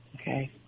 Okay